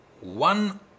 One